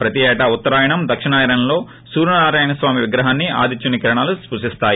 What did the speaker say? ప్రతి ఏటా ఉత్తరాయణం దక్షిణాయణంలో సూర్యనారాయణ స్వామి విగ్రహాన్ని ఆదిత్యుని కిరణాలూ స్పుశిస్తాయి